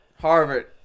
Harvard